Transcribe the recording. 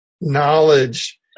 knowledge